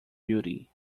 beauty